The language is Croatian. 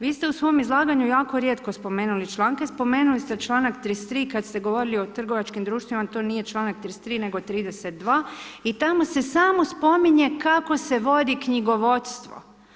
Vi ste u svom izlaganju jako rijetko spomenuli članke, spomenuli ste čl. 33. kada ste govorili o trgovačkim društvima, to nije čl. 33. nego 32. i tamo se samo spominje kako se vodi knjigovodstvo.